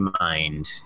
mind